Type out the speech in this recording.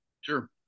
Sure